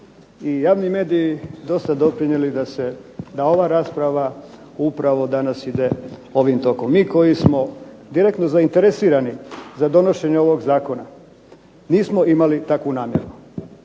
i javni mediji dosta doprinijeli da ova rasprava upravo danas ide ovim tokom. Mi koji smo direktno zainteresirani za donošenje ovog zakona nismo imali takvu namjeru,